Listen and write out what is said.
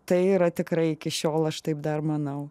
tai yra tikrai iki šiol aš taip dar manau